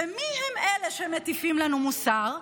ומי הם אלה שמטיפים לנו מוסר?